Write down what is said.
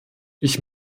ich